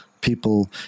people